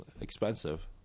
expensive